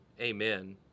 Amen